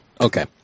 Okay